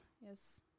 Yes